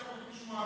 סתם שאלה.